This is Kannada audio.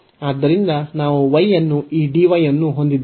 ಆದ್ದರಿಂದ ನಾವು y ಮತ್ತು ಈ dy ಅನ್ನು ಹೊಂದಿದ್ದೇವೆ